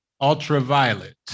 ultraviolet